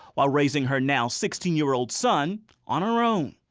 while raising her now sixteen year old son on her own.